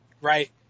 right